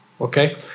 okay